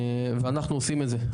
ואנחנו עושים את זה.